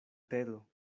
tedo